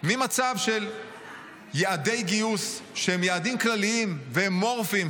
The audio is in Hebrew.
ממצב של יעדי גיוס שהם יעדים כלליים ואמורפיים,